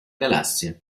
galassia